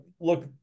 look